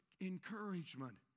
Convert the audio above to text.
encouragement